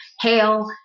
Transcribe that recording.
hail